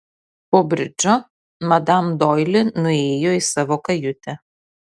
po bridžo madam doili nuėjo į savo kajutę